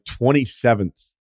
27th